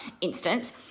instance